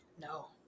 no